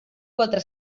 quatre